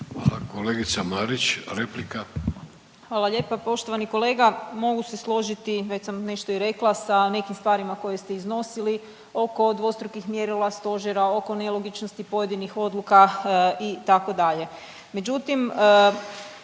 replika. **Marić, Andreja (SDP)** Hvala lijepa. Poštovani kolega, mogu se složiti, već sam nešto i rekla, sa nekim stvarima koje ste iznosili, oko dvostrukih mjerila, stožera, oko nelogičnosti pojedinih odluka itd., međutim